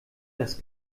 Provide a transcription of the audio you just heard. das